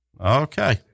Okay